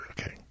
okay